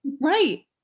right